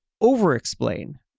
over-explain